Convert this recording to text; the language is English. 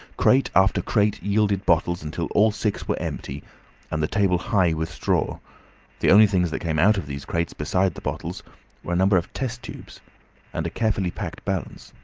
crate after crate yielded bottles, until all six were empty and the table high with straw the only things that came out of these crates besides the bottles were a number of test-tubes and a carefully packed balance.